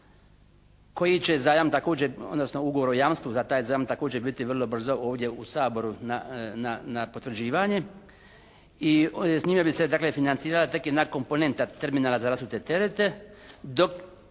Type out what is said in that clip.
koji će zajam također, odnosno ugovor o jamstvu za taj zajam također biti vrlo brzo ovdje u Saboru na potvrđivanje i s njime bi se dakle financiranja tek jedna komponenta terminala za rasute terete. Dok